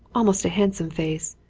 almost a handsome face,